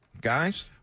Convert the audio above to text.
guys